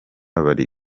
bari